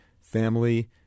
family